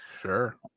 sure